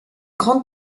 grande